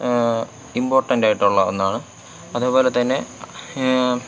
ഇമ്പോർട്ടൻ്റായിട്ടുള്ള ഒന്നാണ് അതേപോലെതന്നെ